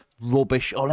Rubbish